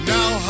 Now